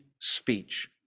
speech